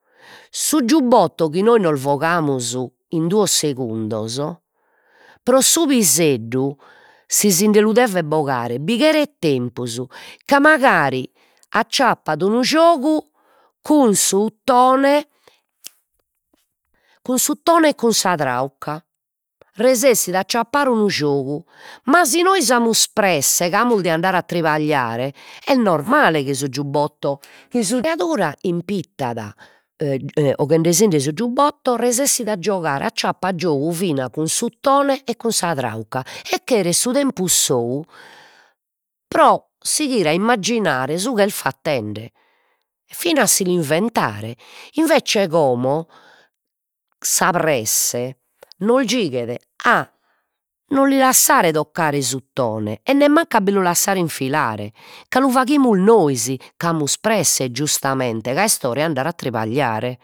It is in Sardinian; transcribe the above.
Su giubbotto chi nois nos bogamus in duos segundos pro su piseddu, si sinde lu devet bogare bi cheret tempus, ca mancari acciappat unu giogu cun s''uttone cun s''uttone e cun sa trauca, resessit a acciappare unu giogu, ma si nois amus presse ca amus de andare a tribagliare est normale chi su giubbotto chi sa criadura impittat 'oghendesinde su giubbotto resessit a giogare, acciappat giogu fina cun s''uttone e cun sa trauca e cheret su tempus sou pro sighire a immagginare su ch'est fattende, fina a si l'inventare, invece como sa presse nos giughet a non li lassare toccare s''uttone e nemmancu a bi lu lassare infilare, ca lu faghimus nois, c'amus presse giustamente, ca est ora 'e andare a tribagliare